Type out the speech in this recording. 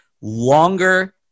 longer